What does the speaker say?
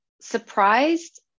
surprised